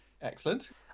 excellent